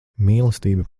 mīlestība